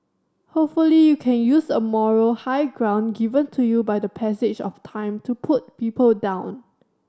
hopefully you can use a moral high ground given to you by the passage of time to put people down